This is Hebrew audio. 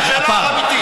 שאלה אמיתית.